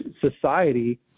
society